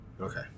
Okay